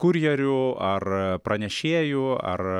kurjeriu ar pranešėju ar